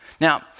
Now